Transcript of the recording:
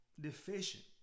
deficient